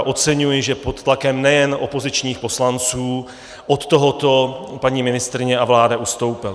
Oceňuji, že pod tlakem nejen opozičních poslanců od tohoto paní ministryně a vláda ustoupily.